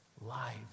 lives